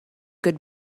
good